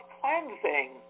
cleansing